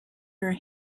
her